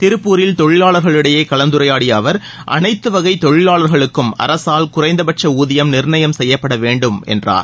திருப்பூரில் தொழிலாளர்களிடையே கலந்துரையாடிய அவர் அனைத்து வகை தொழிலாளர்களுக்கும் அரசால் குறைந்தபட்ச ஊதியம் நிர்ணயம் செய்யப்பட வேண்டும் என்றார்